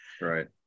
right